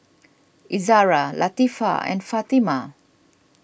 Izzara Latifa and Fatimah